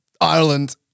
Ireland